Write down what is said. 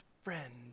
friend